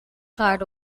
card